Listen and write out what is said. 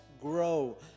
Grow